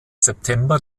september